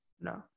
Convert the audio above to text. no